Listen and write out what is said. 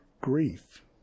grief